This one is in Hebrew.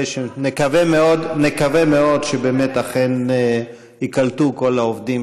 נקווה מאוד שבאמת אכן ייקלטו כל העובדים